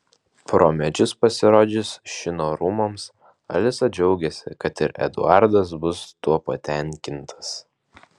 pro medžius pasirodžius šino rūmams alisa džiaugiasi kad ir eduardas bus tuo patenkintas